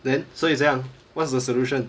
then 所以怎样 what's the solution